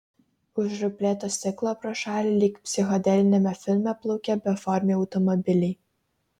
už ruplėto stiklo pro šalį lyg psichodeliniame filme plaukė beformiai automobiliai